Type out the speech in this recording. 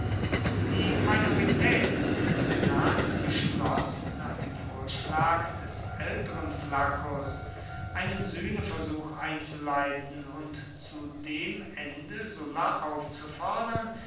die majorität des senats beschloß nach dem vorschlag des älteren flaccus einen sühneversuch einzuleiten und zu dem ende sulla aufzufordern